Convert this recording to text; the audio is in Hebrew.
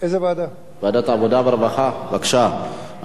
בבקשה, אנחנו עוברים להצבעה, רבותי,